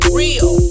real